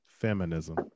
feminism